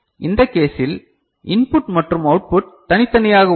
இந்த கேசில் இன்புட் மற்றும் அவுட்புட் தனித்தனியாக உள்ளது